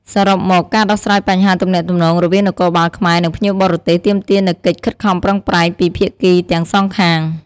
សរុបមក ការដោះស្រាយបញ្ហាទំនាក់ទំនងរវាងនគរបាលខ្មែរ និងភ្ញៀវបរទេសទាមទារនូវកិច្ចខិតខំប្រឹងប្រែងពីភាគីទាំងសងខាង។